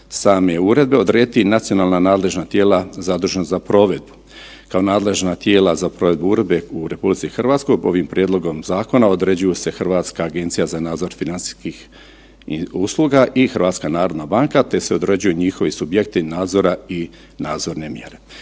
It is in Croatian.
same uredbe odrediti i nacionalna nadležna tijela zadužena za provedbu. Kao nadležna tijela za provedbu uredbe u RH ovim prijedlogom zakona određuju se Hrvatska agencija za nadzor financijskih usluga i HNB te se određuju njihovi subjekti nadzora i nadzorne mjere.